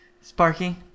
Sparky